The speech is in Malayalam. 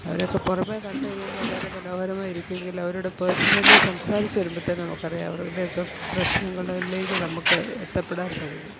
അവരേക്കെ പുറമെ കണ്ട് കഴിയുമ്പോള് വളരെ മനോഹരമായിരിക്കുമെങ്കിലും അവരോട് പേഴ്സണലി സംസാരിച്ച് വരുമ്പോഴത്തേനും നമുക്കറിയാം അവരുടെയൊക്കെ പ്രശ്നങ്ങളിലേക്ക് നമ്മള്ക്ക് എത്തപ്പെടാൻ സാധിക്കും